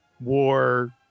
war